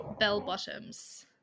Bellbottoms